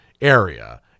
area